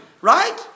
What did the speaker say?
right